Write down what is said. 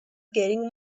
getting